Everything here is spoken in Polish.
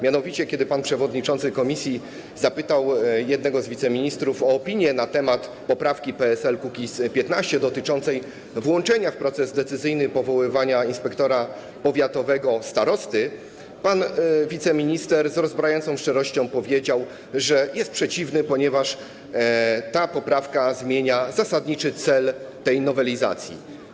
Mianowicie kiedy pan przewodniczący komisji zapytał jednego z wiceministrów o opinię na temat poprawki PSL-Kukiz15 dotyczącej włączenia starosty w proces decyzyjny powoływania inspektora powiatowego, pan wiceminister z rozbrajającą szczerością powiedział, że jest przeciwny, ponieważ ta poprawka zmienia zasadniczy cel tej nowelizacji.